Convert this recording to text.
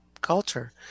culture